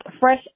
fresh